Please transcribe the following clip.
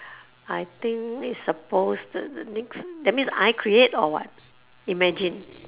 I think it's supposed to that means I create or what imagine